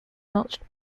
notched